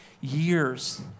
years